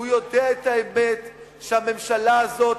הוא יודע את האמת שהממשלה הזאת